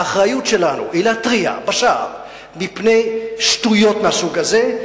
האחריות שלנו היא להתריע בשער מפני שטויות מהסוג הזה.